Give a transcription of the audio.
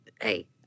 Hey